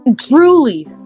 Truly